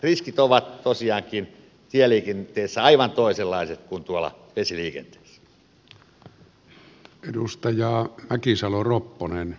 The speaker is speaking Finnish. riskit ovat tosiaankin tieliikenteessä aivan toisenlaiset kuin tuolla vesiliikenteessä